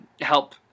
help